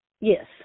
yes